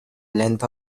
length